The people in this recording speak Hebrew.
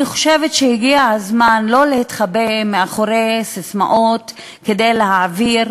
אני חושבת שהגיע הזמן לא להתחבא מאחורי ססמאות כדי להעביר